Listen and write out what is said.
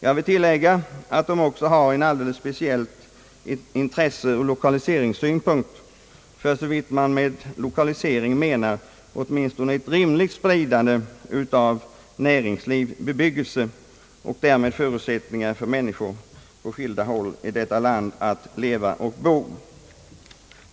Jag vill tillägga att de även har ett alldeles speciellt intresse ur lokaliseringssynpunkt, för så vitt man med lokalisering menar åtminstone ett rimligt spridande av näringslivet, bebyggelse och därmed förutsättningar för människor att på skilda håll i detta land leva och bo.